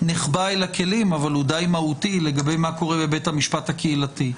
נחבא אל הכלים אבל הוא די מהותי לגבי מה קורה בבית המשפט הקהילתי.